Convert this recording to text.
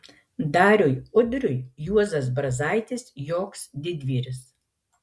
dariui udriui juozas brazaitis joks didvyris